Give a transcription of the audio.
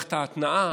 למערכת ההתנעה.